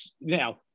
now